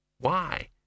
Why